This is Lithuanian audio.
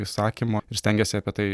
įsakymo ir stengiasi apie tai